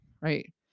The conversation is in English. right